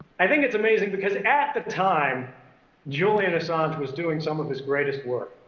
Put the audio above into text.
i think it's amazing, because at the time julian assange was doing some of his greatest work,